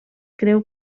creu